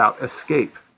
escape